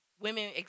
women